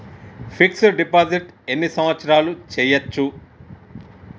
Fix డ్ deposit ఎన్ని సంవత్సరాలు చేయచ్చు?